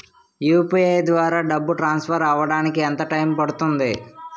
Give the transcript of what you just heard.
UPI ద్వారా డబ్బు transfer అవ్వడానికి ఎంత టైం పడుతుంది?